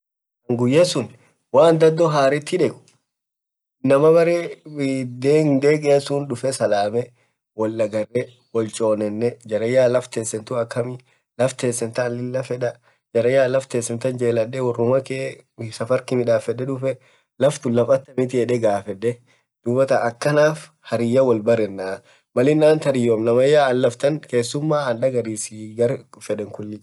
guyya suun malaan dadoo harretti deek, baree hindegea suun dufnee woal salamnee woaldagaree, woal chonenee, namayaaakamii, laff teseen taanjelaade worruma kee dufee laaftuun laaf akamitii edee gafedeeakkanaf hariyya woal barenaa maliniin aant hariyoam namayya aniin kesumaa andagarsisii barefedeen kulli.